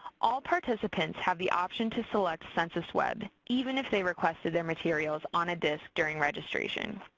all participants have the option to select census web, even if they requested their materials on a disc during registration.